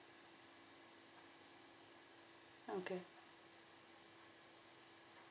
okay